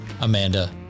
Amanda